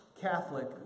Catholic